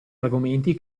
argomenti